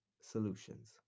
Solutions